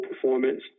performance